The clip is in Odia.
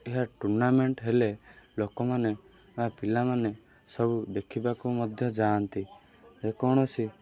ଏହା ଟୁର୍ଣ୍ଣାମେଣ୍ଟ୍ ହେଲେ ଲୋକମାନେ ବା ପିଲାମାନେ ସବୁ ଦେଖିବାକୁ ମଧ୍ୟ ଯାଆନ୍ତି ଯେକୌଣସି